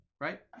right